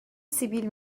سیبیل